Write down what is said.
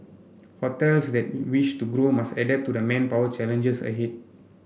hotels that wish to grow must adapt to the manpower challenges ahead